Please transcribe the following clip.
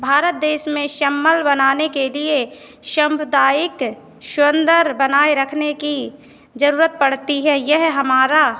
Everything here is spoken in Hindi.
भारत देश में बनाने के लिए बनाए रखने की ज़रूरत पड़ती है यह हमारा